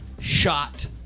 shot